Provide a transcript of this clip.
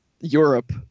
Europe